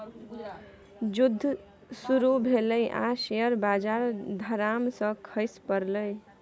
जुद्ध शुरू भेलै आ शेयर बजार धड़ाम सँ खसि पड़लै